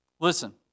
Listen